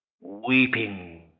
Weeping